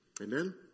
amen